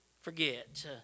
forget